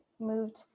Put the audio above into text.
moved